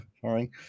sorry